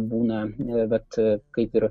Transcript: būna vat kaip ir